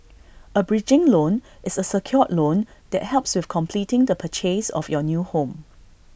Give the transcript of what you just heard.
A bridging loan is A secured loan that helps with completing the purchase of your new home